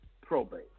Probate